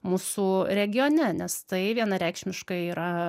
mūsų regione nes tai vienareikšmiškai yra